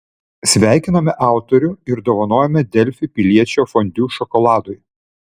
sveikiname autorių ir dovanojame delfi piliečio fondiu šokoladui